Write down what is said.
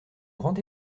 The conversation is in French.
grand